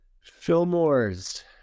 Fillmore's